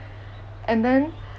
and then